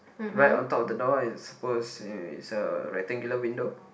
right on top of the door is was suppose is a rectangular window